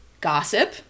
gossip